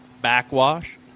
Backwash